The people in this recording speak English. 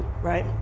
right